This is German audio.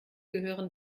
gehören